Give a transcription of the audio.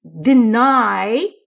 deny